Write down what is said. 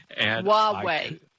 Huawei